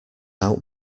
out